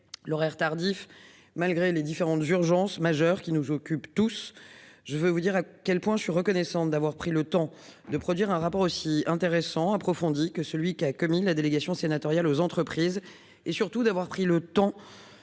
l'horaire tardif malgré les différentes urgence majeure qui nous occupe tous. Je veux vous dire à quel point je suis reconnaissante d'avoir pris le temps de produire un rapport aussi intéressant approfondie que celui qui a commis la délégation sénatoriale aux entreprises et surtout d'avoir pris le temps